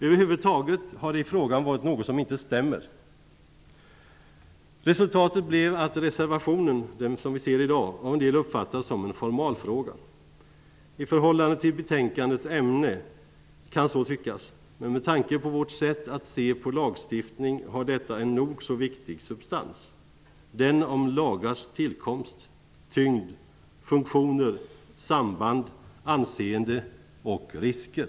Över huvud taget har det varit något som inte stämmer i den här frågan. Resultatet blev att reservationen -- den som vi ser i dag -- av en del uppfattas som en formaliefråga. I förhållande till betänkandets ämne kan man tycka så, men med tanke på vårt sätt att se på lagstiftning har detta en nog så viktig substans. Det handlar om lagars tillkomst, tyngd, funktioner, samband, anseende och risker.